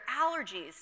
allergies